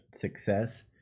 success